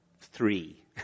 three